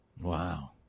Wow